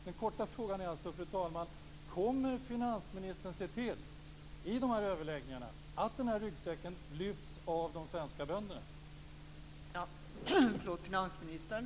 Den korta frågan är alltså, fru talman: Kommer finansministern i överläggningarna att se till ryggsäcken lyfts av de svenska bönderna?